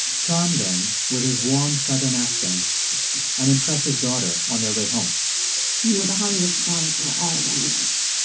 charm them with his warm southern accent and impress his daughter on their way home you know, the hollywood stars were all around us.